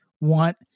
want